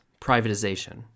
privatization